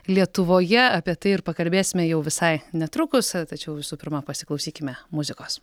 lietuvoje apie tai ir pakalbėsime jau visai netrukus tačiau visų pirma pasiklausykime muzikos